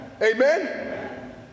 amen